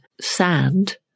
sand